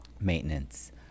maintenance